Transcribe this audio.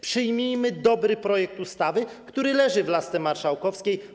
Przyjmijmy dobry projekt ustawy, który leży w lasce marszałkowskiej.